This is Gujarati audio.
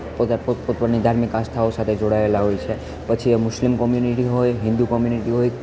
પોત ધાર્મિક આસ્થાઓ સાથે જોડાયેલાં હોય છે પછી એ મુસ્લિમ કોમ્યુનિટી હોય હિન્દુ કોમ્યુનિટી હોય